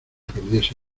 perdiese